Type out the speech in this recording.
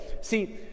See